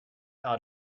out